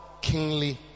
kingly